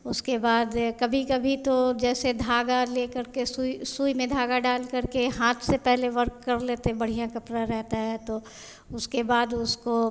उसके बाद कभी कभी तो जैसे धागा ले करके सुईं सुईं में धागा डाल करके हाथ से पहले वर्क कर लेते हैं बढ़िया कपड़ा रहता है तो उसके बाद उसको